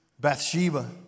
Bathsheba